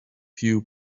few